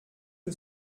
que